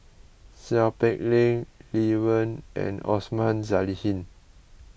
Seow Peck Leng Lee Wen and Osman Zailani